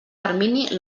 termini